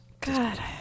God